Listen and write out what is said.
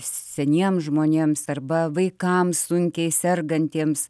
seniem žmonėms arba vaikams sunkiai sergantiems